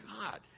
God